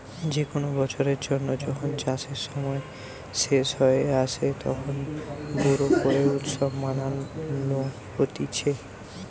যে কোনো বছরের জন্য যখন চাষের সময় শেষ হয়ে আসে, তখন বোরো করে উৎসব মানানো হতিছে